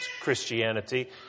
Christianity